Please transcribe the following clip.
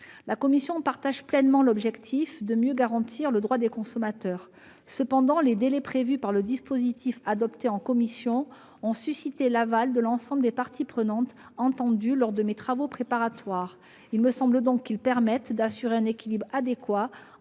La commission partage pleinement l'objectif de mieux garantir le droit des consommateurs. Cependant, les délais prévus par le dispositif adopté en commission ont recueilli l'approbation de l'ensemble des parties prenantes entendues lors de ses travaux préparatoires. Il me semble donc qu'ils permettent d'assurer un équilibre adéquat